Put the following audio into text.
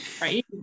right